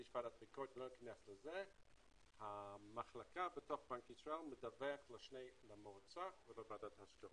יש ועדת ביקורת והמחלקה בתוך בנק ישראל מדוות למועצה ולוועדת ההשקעות.